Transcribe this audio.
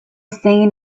seen